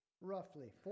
roughly